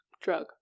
Drug